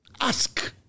ask